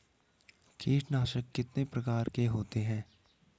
कीटनाशक कितने प्रकार के होते हैं?